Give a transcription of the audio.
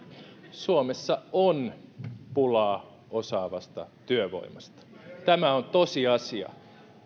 suomessa on pulaa osaavasta työvoimasta tämä on tosiasia